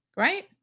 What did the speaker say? Right